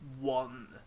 one